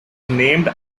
named